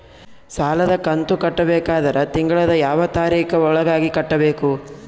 ಸಾಲದ ಕಂತು ಕಟ್ಟಬೇಕಾದರ ತಿಂಗಳದ ಯಾವ ತಾರೀಖ ಒಳಗಾಗಿ ಕಟ್ಟಬೇಕು?